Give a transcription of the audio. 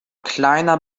kleiner